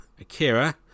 Akira